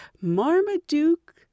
Marmaduke